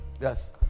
Yes